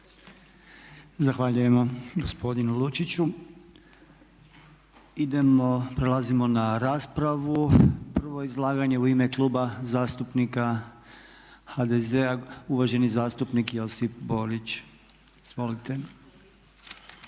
Zahvaljujemo gospodinu Lučiću. Idemo, prelazimo na raspravu. Prvo izlaganje u ime Kluba zastupnika HDZ-a uvaženi zastupnik Josip Borić. Izvolite.